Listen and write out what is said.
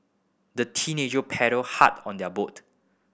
the teenager paddled hard on their boat